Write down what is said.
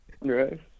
Right